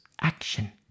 Action